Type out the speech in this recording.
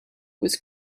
was